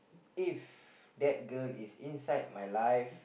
if that girl is inside my life